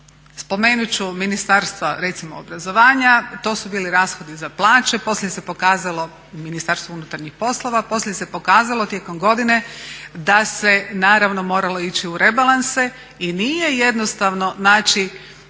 Spomenut ću ministarstvo recimo obrazovanja, to su bili rashodi za plaće, poslije se pokazalo Ministarstvo unutarnjih poslova, poslije se pokazalo tijekom godine da se naravno moralo ići u rebalanse. I nije jednostavno naći